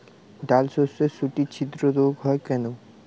ডালশস্যর শুটি ছিদ্র রোগ হয় কেন?